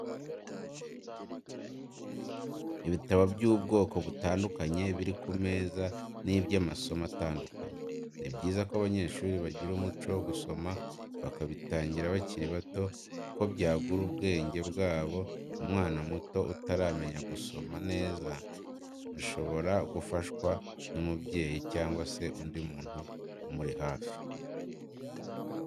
Ibitabo by'ubwoko butandukanye biri ku meza ni iby'amasomo atandukanye, ni byiza ko abanyeshuri bagira umuco wo gusoma bakabitangira bakiri bato kuko byagura ubwenge bwabo, umwana muto utaramenya gusoma neza shobora gufashwa n'umubyeyi cyangwa se undi muntu umuri hafi.